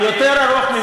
יותר ארוך ממה,